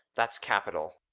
that's capital!